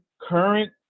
current